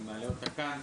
אני מעלה אותה כאן.